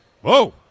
Whoa